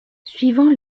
suivant